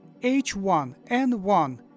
H1N1